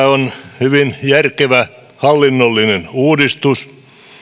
on hyvin järkevä hallinnollinen uudistus